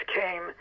came